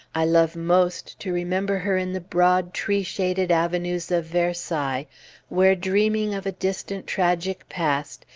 i love most to remember her in the broad tree-shaded avenues of versailles where, dreaming of a distant tragic past,